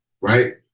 Right